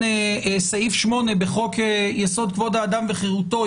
סעיף 8 בחוק יסוד כבוד האדם וחירותו,